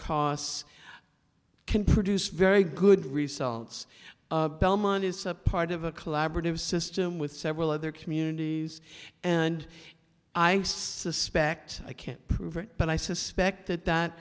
costs can produce very good results belmont is a part of a collaborative system with several other communities and i suspect i can't prove it but i suspect that